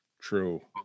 True